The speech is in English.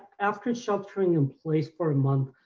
after sheltering employees for a month,